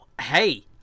Hey